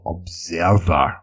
Observer